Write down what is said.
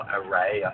array